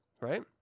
right